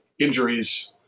injuries